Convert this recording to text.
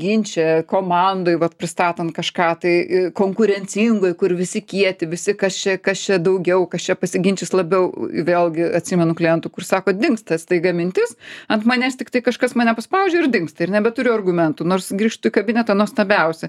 ginče komandoj vat pristatant kažką tai konkurencingoj kur visi kieti visi kas čia kas čia daugiau kas čia pasiginčys labiau vėlgi atsimenu klientų kur sako dingsta staiga mintis ant manęs tiktai kažkas mane paspaudžia ir dingsta ir nebeturiu argumentų nors grįžtu į kabinetą nuostabiausia